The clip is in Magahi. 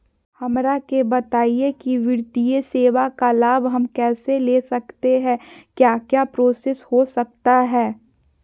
हमरा के बताइए की वित्तीय सेवा का लाभ हम कैसे ले सकते हैं क्या क्या प्रोसेस हो सकता है?